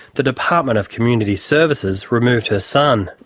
the department of community services removed her son.